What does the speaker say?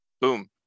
boom